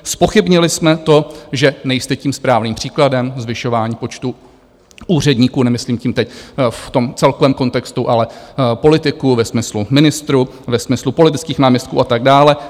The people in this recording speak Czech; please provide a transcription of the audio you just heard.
Zpochybnili jsme to, že nejste tím správným příkladem zvyšování počtu úředníků, nemyslím tím teď v tom celkovém kontextu, ale politiků ve smyslu ministrů, ve smyslu politických náměstků a tak dále.